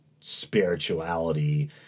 spirituality